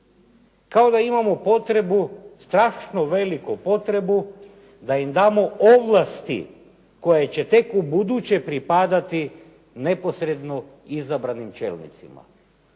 kao da imamo potrebu, strašno veliku potrebu da im damo ovlasti koje će tek ubuduće pripadati neposredno izabranim čelnicima.